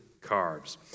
Carbs